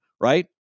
Right